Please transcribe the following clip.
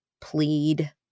plead